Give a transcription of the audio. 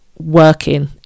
working